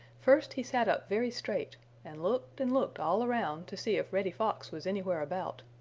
first he sat up very straight and looked and looked all around to see if reddy fox was anywhere about,